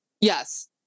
Yes